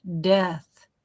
death